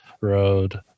road